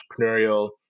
entrepreneurial